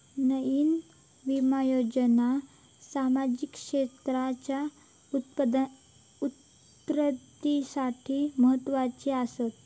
नयीन विमा योजना सामाजिक क्षेत्राच्या उन्नतीसाठी म्हत्वाची आसा